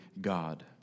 God